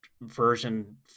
version